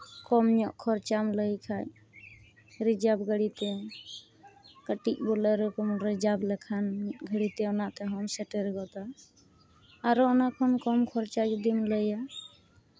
ᱠᱚᱢ ᱧᱚᱜ ᱠᱷᱚᱨᱪᱟᱢ ᱞᱟᱹᱭ ᱠᱷᱟᱱ ᱨᱤᱡᱟᱨᱵᱷ ᱜᱟᱹᱲᱤᱛᱮ ᱠᱟᱹᱴᱤᱡ ᱵᱮᱞᱟ ᱨᱮᱵᱚᱱ ᱨᱤᱡᱟᱨᱵᱷ ᱞᱮᱠᱷᱟᱱ ᱢᱤᱫ ᱜᱷᱟᱹᱲᱤᱡ ᱛᱮ ᱚᱱᱟ ᱛᱮᱦᱚᱢ ᱥᱮᱴᱮᱨ ᱜᱚᱫᱟ ᱟᱨᱚ ᱚᱱᱟ ᱠᱷᱚᱱ ᱠᱚᱢ ᱠᱷᱚᱨᱪᱟ ᱛᱮ ᱡᱩᱫᱤᱢ ᱞᱟᱹᱭᱟ